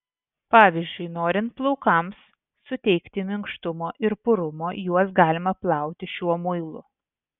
pavyzdžiui norint plaukams suteikti minkštumo ir purumo juos galima plauti šiuo muilu